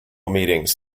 meetings